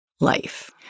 life